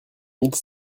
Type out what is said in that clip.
mille